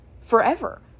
forever